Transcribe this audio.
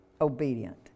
obedient